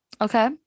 Okay